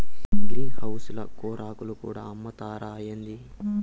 green house ల కూరాకులు కూడా అమ్ముతారా ఏంది